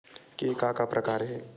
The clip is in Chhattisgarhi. के का का प्रकार हे?